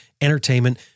entertainment